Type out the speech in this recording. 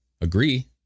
agree